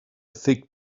thick